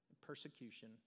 persecution